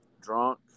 drunk